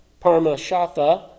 Parmashatha